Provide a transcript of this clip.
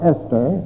Esther